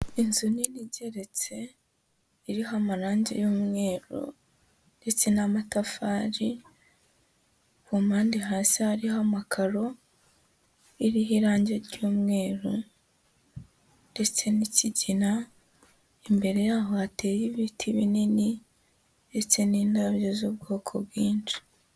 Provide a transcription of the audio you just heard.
Inzu nini igeretse, iriho amarangi y'umweru, ndetse n'amatafari, ku mpande hasi hariho amakaro, iriho irangi ry'umweru ndetse n'ikigina, imbere yaho hateye ibiti binini ndetse n'indabyo z'ubwoko bwinshi.